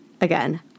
again